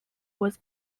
was